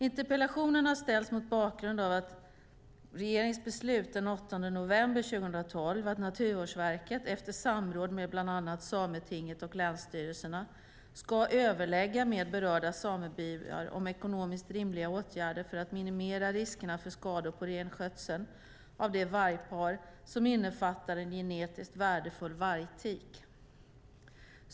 Interpellationen har ställts mot bakgrund av regeringens beslut den 8 november 2012 att Naturvårdsverket efter samråd med bland annat Sametinget och länsstyrelserna ska överlägga med berörda samebyar om ekonomiskt rimliga åtgärder för att minimera riskerna för skador på renskötseln av det vargpar som innefattar en genetiskt värdefull vargtik.